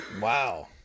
Wow